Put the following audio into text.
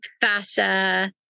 fascia